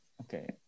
Okay